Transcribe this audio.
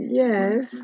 yes